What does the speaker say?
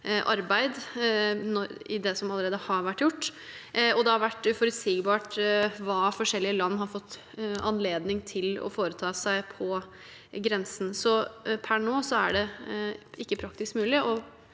med det som allerede har vært gjort. Det har også vært uforutsigbart hva forskjellige land har fått anledning til å foreta seg på grensen. Per nå er det altså ikke praktisk mulig.